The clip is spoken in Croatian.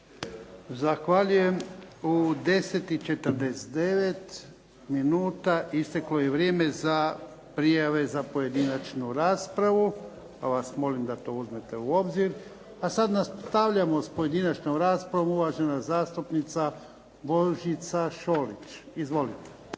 Zahvaljujem. U 10,49 sati isteklo je vrijeme za prijave za pojedinačnu raspravu pa vas molim da to uzmete u obzir. A sada nastavljamo s pojedinačnom raspravom. Uvažena zastupnica Božica Šolić. Izvolite.